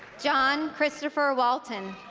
john christopher walton